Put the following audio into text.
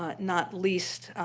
not not least,